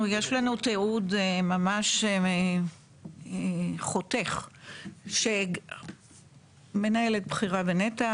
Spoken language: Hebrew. יש לנו תיעוד ממש חותך שמנהלת בכירה בנת"ע,